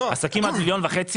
עסקים עד 1.5 מיליון שקל,